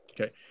okay